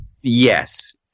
Yes